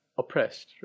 oppressed